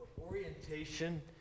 orientation